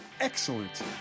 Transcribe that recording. excellent